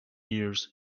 years